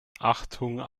achtung